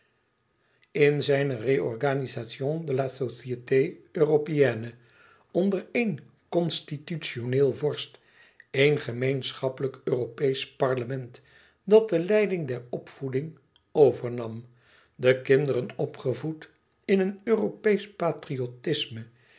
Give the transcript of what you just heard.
in zijne réorganisation de la société européenne onder één constitutioneel vorst één gemeenschappelijk europeesch parlement dat de leiding der opvoeding overnam de kinderen opgevoed in een europeesch patriotisme